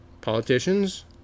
Politicians